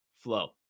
Flow